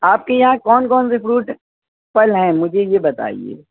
آپ کے یہاں کون کون سے فروٹ پھل ہیں مجھے یہ بتائیے